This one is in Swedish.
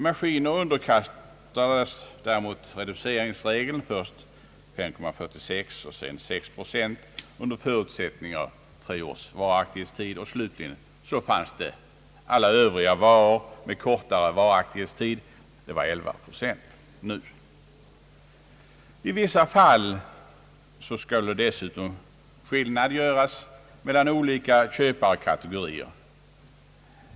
Maskiner underkastades däremot reduceringsregeln med en faktisk skattebelastning av 5,46 procent och sedan med 6 procent under förutsättning av tre års varaktighetstid. Slutligen fanns det alla övriga varor med kortare varaktighetstid — det: gäller nu ett skatteuttag på 11 procent. I vissa fall skall väl dessutom skillnad göras mellan olika köparkategorier.